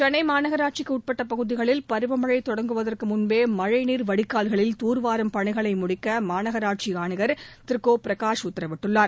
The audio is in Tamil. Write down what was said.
சென்னை மாநகராட்சிக்குட்பட்ட பகுதிகளில் பருவமழை தொடங்குவதற்கு முன்பே மழைநீர் வடிகால்களில் தூர்வாறும் பணிகளை முடிக்க மாநகராட்சி ஆணையர் திரு கோ பிரகாஷ் உக்தரவிட்டுள்ளார்